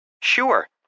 Sure